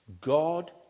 God